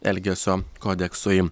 elgesio kodeksui